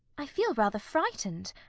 i feel rather frightened.